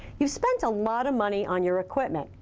you spent a lot of money on your equipment.